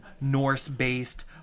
Norse-based